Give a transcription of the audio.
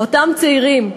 לאותם צעירים,